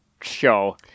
show